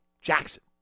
Jackson